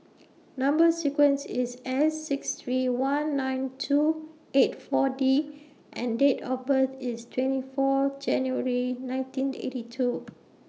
Number sequence IS S six three one nine two eight four D and Date of birth IS twenty four January nineteen eighty two